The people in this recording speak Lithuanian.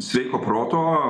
sveiko proto